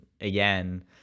again